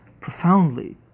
profoundly